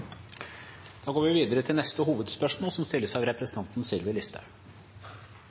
Vi går videre til neste hovedspørsmål.